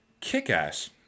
kick-ass